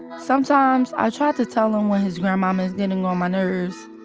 sometimes i try to tell him when his grandmom is getting on my nerves,